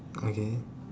okay